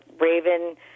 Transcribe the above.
Raven